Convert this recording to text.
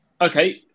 Okay